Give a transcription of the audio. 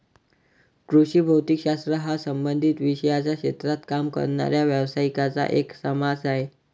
कृषी भौतिक शास्त्र हा संबंधित विषयांच्या क्षेत्रात काम करणाऱ्या व्यावसायिकांचा एक समाज आहे